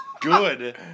good